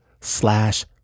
slash